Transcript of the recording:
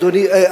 אדוני,